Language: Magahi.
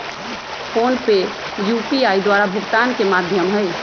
फोनपे यू.पी.आई द्वारा भुगतान के माध्यम हइ